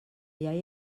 iaia